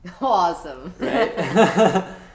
awesome